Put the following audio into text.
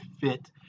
fit